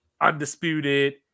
undisputed